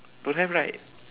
don't have right